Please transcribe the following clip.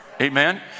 Amen